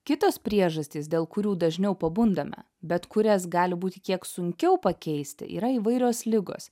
kitos priežastys dėl kurių dažniau pabundame bet kurias gali būti kiek sunkiau pakeisti yra įvairios ligos